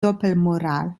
doppelmoral